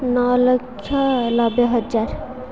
ନଅ ଲକ୍ଷ ନବେ ହଜାର